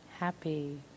happy